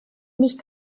nicht